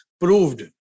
proved